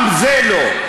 גם זה לא.